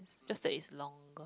just that it's long